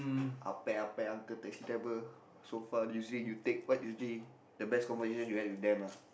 apek apek uncle taxi driver so far you see you take what you see the best conversation you had with them lah